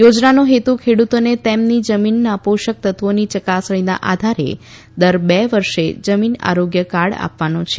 યોજનાનો હેતુ ખેડુતોને તેમની જમીનના પોષક તત્વોની યકાસણીના આધારે દર બે વર્ષે જમીન આરોગ્ય કાર્ડ આપવાનો છે